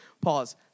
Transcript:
Pause